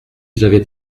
j’avais